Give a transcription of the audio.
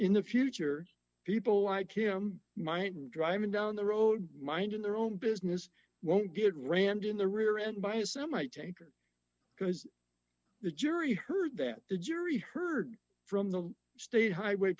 in the future people like him mind driving down the road minding their own business won't get rand in the rear end by a semi tanker because the jury heard that the jury heard from the state highway